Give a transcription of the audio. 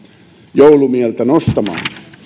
joulumieltä nostamaan